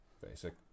basic